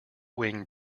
wing